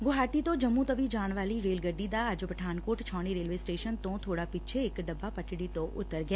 ਗੁਵਾਹਟੀ ਤੋ ਜੰਮੁ ਤਵੀ ਜਾਣ ਵਾਲੀ ਰੇਲ ਗੱਡੀ ਦਾ ਅੱਜ ਪਠਾਨਕੋਟ ਛਾਉਣੀ ਰੇਲਵੇ ਸਟੇਸ਼ਨ ਤੋ ਥੋੜਾ ਪਿੱਛੇ ਇਕ ਡੱਬਾ ਪੱਟੜੀ ਤੋ ਉੱਤਰ ਗਿਆ